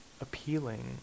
appealing